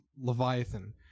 Leviathan